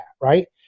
right